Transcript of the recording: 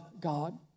God